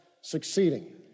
succeeding